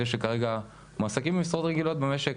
אלה שכרגע מועסקים במשרות רגילות במשק,